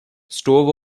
stow